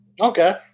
Okay